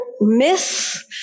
miss